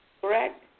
correct